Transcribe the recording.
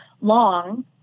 long